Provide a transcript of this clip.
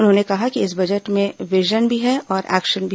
उन्होंने कहा कि इस बजट में विजन भी है और एक्शन भी